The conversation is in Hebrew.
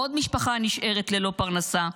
עוד משפחה נשארת ללא פרנסה,